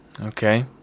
Okay